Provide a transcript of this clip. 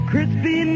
Crispy